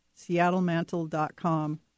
seattlemantle.com